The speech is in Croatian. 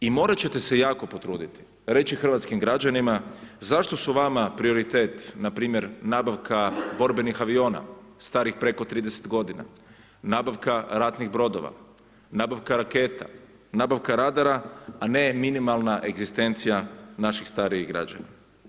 I morat ćete se jako potruditi reći hrvatskim građanima zašto su vama prioritet npr. nabavka borbenih aviona starih preko 30 g., nabavka ratnih brodova, nabavka raketa, nabavka radara a ne minimalna egzistencija naših starijih građana.